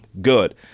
good